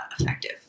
effective